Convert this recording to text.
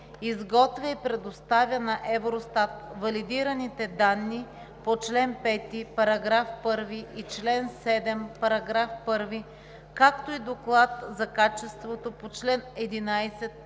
изготвя и предоставя на Евростат валидираните данни по чл. 5, параграф 1 и чл. 7, параграф 1, както и доклад за качеството по чл. 11,